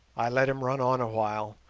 i let him run on awhile,